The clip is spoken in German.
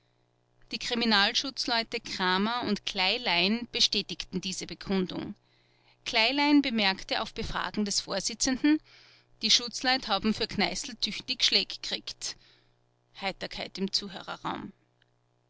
die kriminalschutzleute kramer und kleilein bestätigten diese bekundung kleilein bemerkte auf befragen des vorsitzenden die schutzleut haben für kneißl tüchtig schläg kriegt